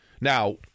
Now